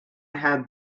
had